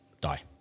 die